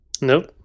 Nope